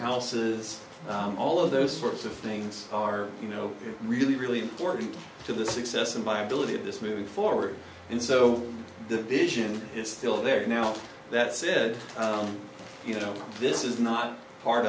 houses all of those sorts of things are you know really really important to the success and viability of this moving forward and so the vision his still there now that said i don't you know this is not part